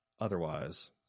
otherwise